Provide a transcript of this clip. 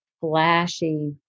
flashy